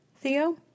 Theo